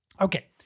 Okay